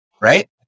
Right